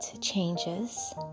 changes